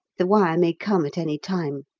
the wire may come at any time.